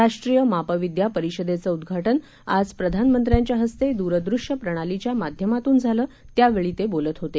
राष्ट्रीय मापविदया परिषदेचं उदघाटन प्रधानमंत्र्याच्या हस्ते दूरदृश्यप्रणाली च्या माध्यमातून झालं त्यावेळी ते आज बोलत होते